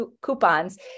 coupons